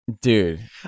Dude